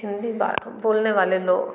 हिन्दी बात बोलने वाले लोग